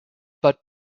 but